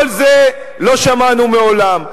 כל זה לא שמענו מעולם.